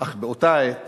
אך באותה עת